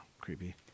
creepy